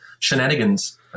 Shenanigans